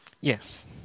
Yes